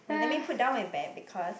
wait let me put down my bag because